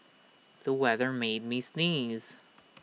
the weather made me sneeze